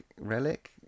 Relic